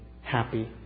happy